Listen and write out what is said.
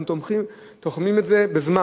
אנחנו תוחמים את זה בזמן.